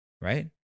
right